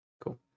Cool